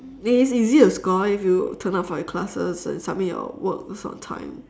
and it's easy to score if you turn up for your classes and submit your works on time